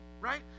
right